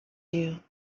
you